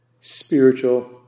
spiritual